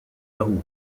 yahoo